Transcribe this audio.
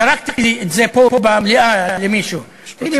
זרקתי את זה פה במליאה למישהו: תגיד לי,